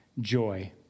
joy